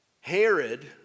Herod